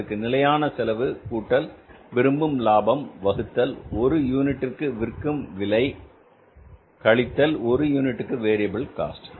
அதற்கு நிலையான செலவு கூட்டல் விரும்பும் லாபம் வகுத்தல் ஒரு யூனிட்டுக்கு விற்கும் விலை கழித்தல் ஒரு யூனிட்டுக்கு வேரியபில் காஸ்ட்